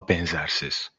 benzersiz